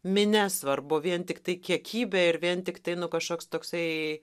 minia svarbu vien tiktai kiekybė ir vien tiktai nu kažkoks toksai